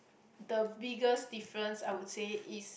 the biggest difference I would say is